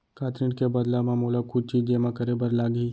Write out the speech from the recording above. का ऋण के बदला म मोला कुछ चीज जेमा करे बर लागही?